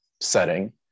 setting